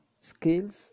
skills